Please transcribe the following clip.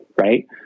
Right